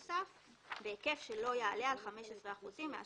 מוסד התכנון כי